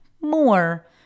more